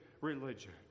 religion